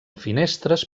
finestres